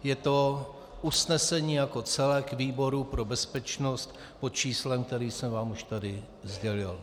Je to usnesení jako celek výboru pro bezpečnost pod číslem, které jsem vám už tady sdělil.